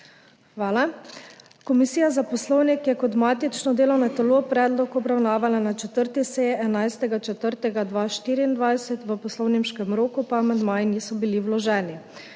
Hvala. Komisija za poslovnik je kot matično delovno telo predlog obravnavala na 4. seji 11. 4. 2024. V poslovniškem roku amandmaji niso bili vloženi.